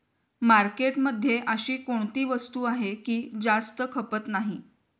मार्केटमध्ये अशी कोणती वस्तू आहे की जास्त खपत नाही?